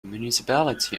municipality